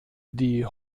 die